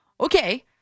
Okay